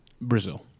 Brazil